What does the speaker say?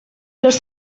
los